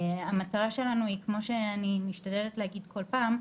המטרה שלנו, היא כמו שאני משתדלת להגיד כל פעם,